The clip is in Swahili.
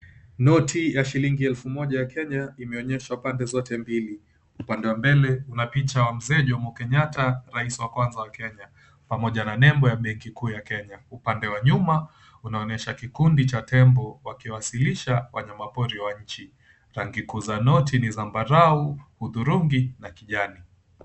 Noti ya shilingi elfu moja ya Kenya imeonyeshwa pande zote mbili. Upande wa mbele kuna picha ya Mzee Jomo Kenyatta rais wa kwanza wa Kenya pamoja na nembo ya benki kuu ya Kenya. Upande wa nyuma unaonyesha kikundi cha tembo wakiwasilisha wanyama pori wa nchi. Rangi kuu za noti ni zambarau, hudhurungi na kijani.